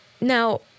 Now